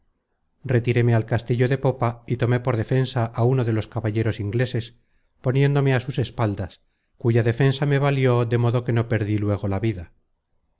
retiréme al castillo de popa y tomé por defensa á uno de los caballeros ingleses poniéndome á sus espaldas cuya defensa me valió de modo que no perdi luego la vida